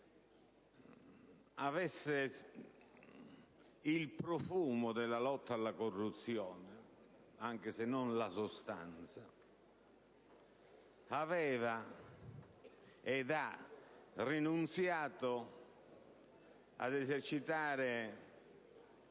almeno il profumo della lotta alla corruzione, anche se non la sostanza, aveva e ha rinunziato ad esercitare